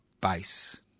base